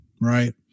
right